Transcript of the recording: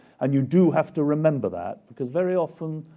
and you do have to remember that because very often,